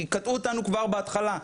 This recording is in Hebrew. כי קטעו אותנו כבר בהתחלה.